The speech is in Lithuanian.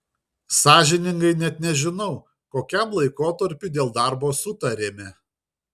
sąžiningai net nežinau kokiam laikotarpiui dėl darbo sutarėme